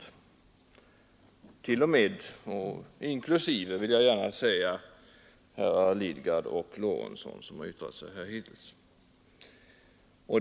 Och det gäller t.o.m. — det vill jag gärna säga — herrar Lidgard och Lorentzon, som har yttrat sig här hittills.